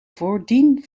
voordien